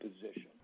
position